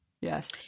Yes